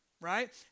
right